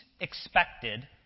expected